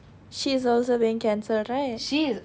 she is also being cancelled right